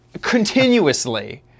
Continuously